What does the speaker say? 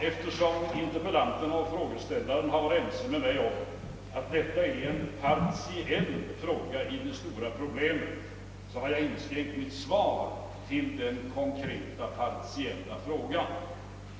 Eftersom interpellanterna och frågeställaren varit ense med mig om att detta är en partiell fråga i det stora problemet, har jag inskränkt mitt svar till att gälla den konkreta, partiella frågan.